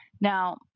Now